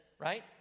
right